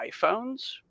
iPhones